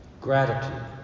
Gratitude